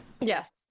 Yes